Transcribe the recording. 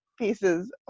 pieces